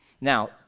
Now